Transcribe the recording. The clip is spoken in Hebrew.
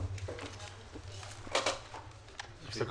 הישיבה